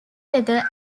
weather